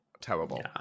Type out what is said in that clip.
terrible